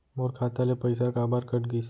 मोर खाता ले पइसा काबर कट गिस?